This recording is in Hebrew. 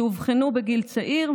שאובחנו בגיל צעיר,